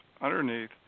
underneath